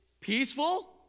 peaceful